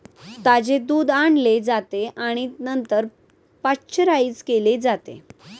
ताजे दूध आणले जाते आणि नंतर पाश्चराइज केले जाते